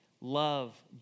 Love